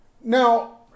Now